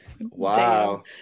Wow